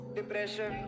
depression